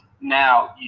Now